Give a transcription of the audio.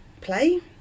play